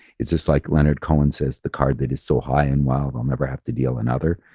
is this like leonard cohen says, the card that is so high and wild, i'll never have to deal another?